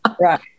Right